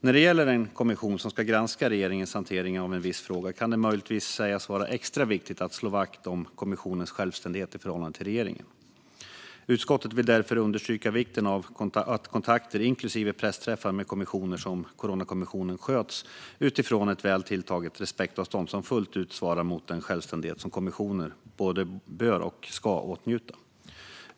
När det gäller den kommission som ska granska regeringens hantering av en viss fråga kan det möjligtvis sägas vara extra viktigt att slå vakt om kommissionens självständighet i förhållande till regeringen. Utskottet vill därför understryka vikten av att kontakter, inklusive pressträffar, med kommissioner som Coronakommissionen sköts utifrån ett väl tilltaget rspektavstånd som fullt ut svarar mot den självständighet som kommissionen både bör och ska åtnjuta.